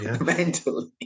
mentally